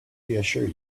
reassure